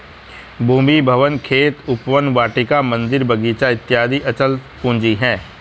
भूमि, भवन, खेत, उपवन, वाटिका, मन्दिर, बगीचा इत्यादि अचल पूंजी है